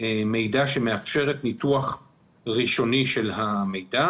מידע שמאפשרת ניתוח ראשוני של המידע.